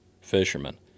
fishermen